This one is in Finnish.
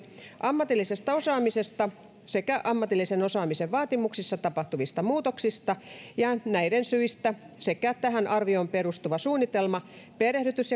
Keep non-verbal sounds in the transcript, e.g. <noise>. ammatillisesta osaamisesta sekä ammatillisen osaamisen vaatimuksissa tapahtuvista muutoksista ja näiden syistä sekä tähän arvioon perustuva suunnitelma perehdytys <unintelligible>